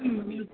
ம் ம்